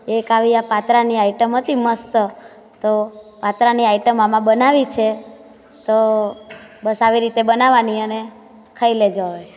એક આવી આ પાતરાની આઈટમ હતી મસ્ત તો પાતરાની આઈટમ આમાં બનાવવી છે તો બસ આવી રીતે બનાવવાની અને ખાઈ લેજો હવે